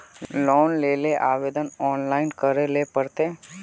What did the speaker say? Loan लेले आवेदन online करे ले पड़ते?